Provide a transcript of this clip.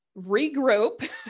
regroup